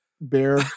bear